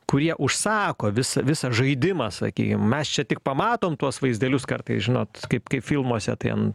kurie užsako vis visą žaidimą sakykim mes čia tik pamatom tuos vaizdelius kartais žinot kaip kaip filmuose tai an